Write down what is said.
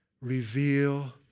Reveal